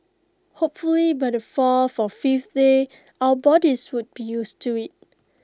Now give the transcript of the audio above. hopefully by the fourth or fifth day our bodies would be used to IT